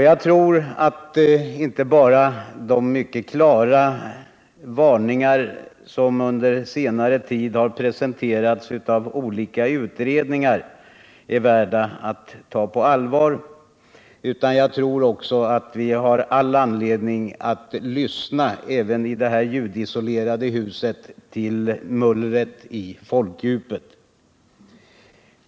Jag tror att inte bara de mycket klara varningar som under senare tid har presenterats av olika utredningar är värda att tas på allvar, utan att vi också har all anledning att lyssna — även i det här ljudisolerade huset — till mullret från folkdjupet.